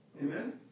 Amen